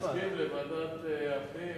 תסכים לוועדת הפנים.